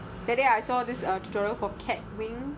that day I saw this err tutorial for cat wing